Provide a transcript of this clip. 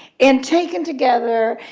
and taken together,